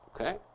Okay